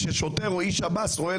כאשר שוטר או איש שירות בתי הסוהר רואה